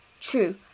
true